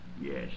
yes